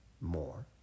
more